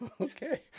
Okay